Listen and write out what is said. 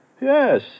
Yes